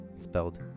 spelled